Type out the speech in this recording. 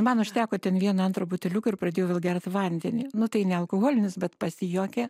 man užteko ten vieno antro buteliuko ir pradėjau vėl gert vandenį nu tai nealkoholinis bet pasijuokė